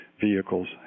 vehicles